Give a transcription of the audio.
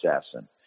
assassin